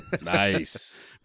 Nice